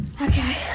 okay